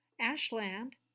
Ashland